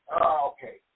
Okay